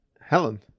helen